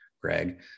Greg